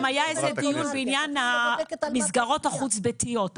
גם היה דיון בעניין המסגרות החוץ ביתיות,